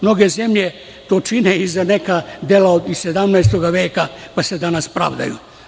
Mnoge zemlje to čine i za neka dela iz 17. veka, pa se danas pravdaju.